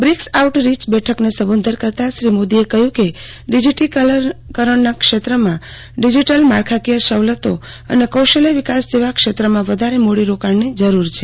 BRICS outreach બેઠકને સંબોધન કરતાં શ્રી મોદીએ કહ્યું કે ડીજીટીકરશ્ના ક્ષેત્રમાં ડિજીટલ માળખાકીય સવલતો અને કૌશલ્ય વિકાસ જેવા ક્ષેત્રોમાં વધારે મૂડી રોકાણની જરૂર છે